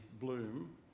bloom